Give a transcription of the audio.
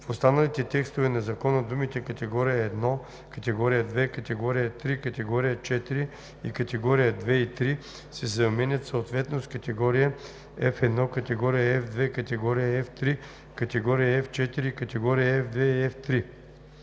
В останалите текстове на закона думите „категория 1“, „категория 2“, „категория 3“, „категория 4“ и „категории 2 и 3“ се заменят съответно с „категория F1“, „категория F2“, „категория F3“, „категория F4“ и „категории F2 и F3“.“